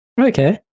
Okay